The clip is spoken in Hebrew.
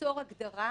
ליצור הגדרה